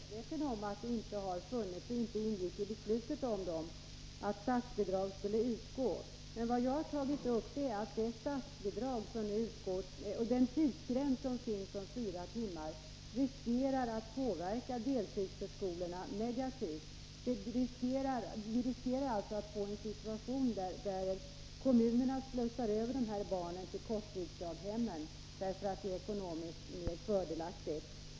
Fru talman! När det gäller deltidsförskolorna är jag helt medveten om att det inte ingick i beslutet om dem att statsbidrag skulle utgå. Vad jag har tagit upp är att det statsbidrag som nu föreslås och den föreslagna tidsgränsen på fyra timmar riskerar att påverka deltidsförskolorna negativt. Vi riskerar att få en situation där kommunerna slussar över dessa barn till korttidsdaghemmen, därför att det är ekonomiskt mer fördelaktigt.